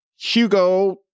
Hugo